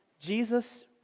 Jesus